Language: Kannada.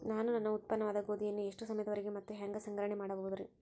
ನಾನು ನನ್ನ ಉತ್ಪನ್ನವಾದ ಗೋಧಿಯನ್ನ ಎಷ್ಟು ಸಮಯದವರೆಗೆ ಮತ್ತ ಹ್ಯಾಂಗ ಸಂಗ್ರಹಣೆ ಮಾಡಬಹುದುರೇ?